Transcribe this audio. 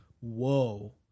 whoa